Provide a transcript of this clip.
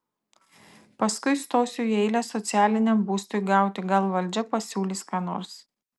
paskui stosiu į eilę socialiniam būstui gauti gal valdžia pasiūlys ką nors